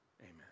Amen